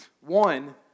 One